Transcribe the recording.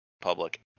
public